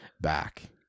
back